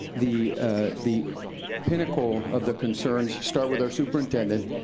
the ah the pinnacle of the concerns start with our superintendent.